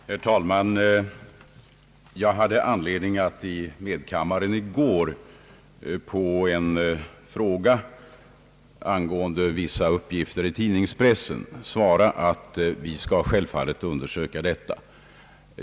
Herr talman! Jag hade anledning att i medkammaren i går på en fråga angående vissa uppgifter i tidningspressen svara att vi självfallet skall undersöka denna sak.